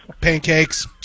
Pancakes